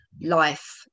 life